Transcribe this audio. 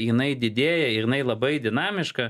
jinai didėja ir jinai labai dinamiška